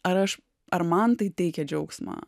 ar aš ar man tai teikia džiaugsmą